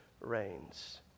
reigns